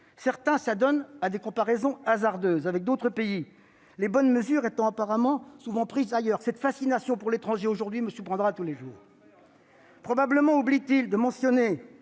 Certains s'adonnent à des comparaisons hasardeuses avec d'autres pays, les bonnes mesures étant apparemment souvent prises ailleurs. La fascination pour l'étranger qui sévit aujourd'hui me surprendra toujours ! Probablement oublient-ils de mentionner